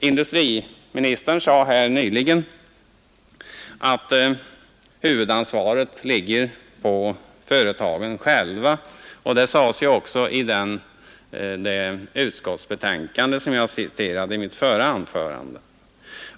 Industriministern sade här nyligen att huvudansvaret ligger på företagen själva, och det sades ju också i det utskottsbetänkande som j2g citerade i mitt förra anförande.